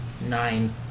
nine